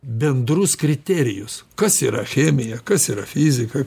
bendrus kriterijus kas yra chemija kas yra fizika